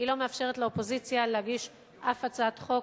היא לא מאפשרת לאופוזיציה להגיש שום הצעת חוק